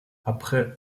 après